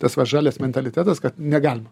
tas va žalias mentalitetas kad negalima